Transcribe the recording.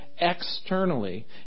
externally